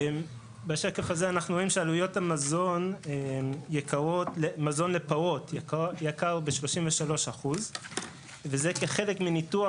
בשקף הזה אנחנו רואים שעלויות המזון לפרות יקרות ב-33% וזה כחלק מניתוח